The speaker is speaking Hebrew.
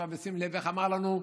עכשיו, בשים לב, איך אמר לנו?